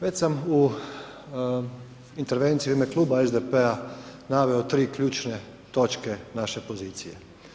Već sam u intervenciji u ime Kluba SDP-a naveo 3 ključne točke naše pozicije.